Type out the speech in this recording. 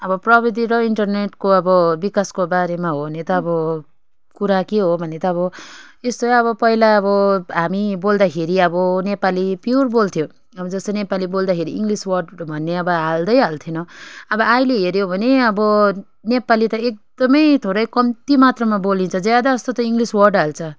अब प्रविधि र इन्टरनेटको अब विकासको बारेमा हो भने त अब कुरा के हो भने त अब यस्तै अब पहिला अब हामी बोल्दाखेरि अब नेपाली प्योर बोल्थ्यो अब जस्तै नेपाली बोल्दाखेरि इङ्ग्लिस वर्डहरू भन्ने अब हाल्दै हाल्थिनौँ अब अहिले हेऱ्यो भने अब नेपाली त एकदमै थोरै कम्ती मात्रमा बोलिन्छ ज्यादा जस्तो त इङ्ग्लिस वर्ड हाल्छ